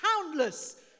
countless